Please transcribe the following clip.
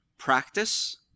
Practice